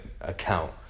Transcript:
account